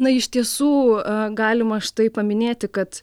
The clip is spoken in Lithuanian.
na iš tiesų galima štai paminėti kad